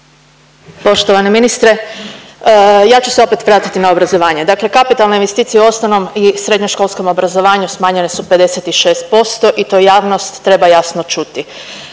Poštovani ministre ja ću se opet vratiti na obrazovanje. Dakle, kapitalne investicije u osnovnom i srednješkolskom obrazovanju smanjenje su 56% i to javnost treba jasno čuti.